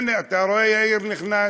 הנה, אתה רואה, יאיר נכנס.